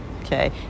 okay